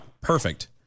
perfect